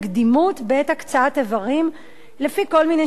בעת הקצאת איברים לפי כל מיני שיקולים,